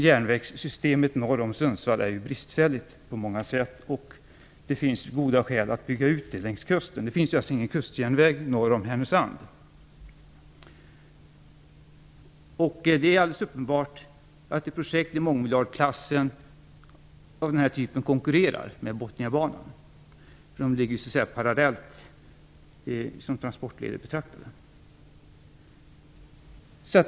Järnvägssystemet norr om Sundsvall är bristfälligt på många sätt. Det finns därför goda skäl att bygga ut det längs kusten. Det finns ju ingen kustjärnväg norr om Härnösand. Det är alldeles uppenbart att ett projekt i mångmiljardklassen av den här typen konkurrerar med Botniabanan - betraktade som transportleder ligger de ju parallellt.